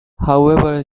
however